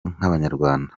nk’abanyarwanda